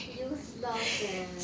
useless eh